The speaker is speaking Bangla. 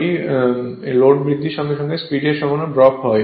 এটি লোড বৃদ্ধি সঙ্গে স্পিড সামান্য ড্রপ হয়